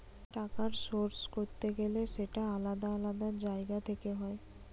টাকার সোর্স করতে গেলে সেটা আলাদা আলাদা জায়গা থেকে হয়